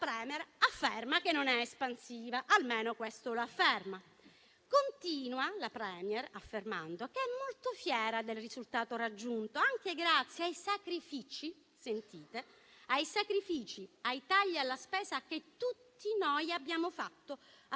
*Premier* afferma che non è espansiva: almeno questo lo afferma. Continua la *Premier* affermando che è molto fiera del risultato raggiunto, anche grazie ai sacrifici e ai tagli alla spesa che tutti noi abbiamo fatto a Palazzo